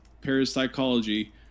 parapsychology